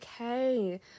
okay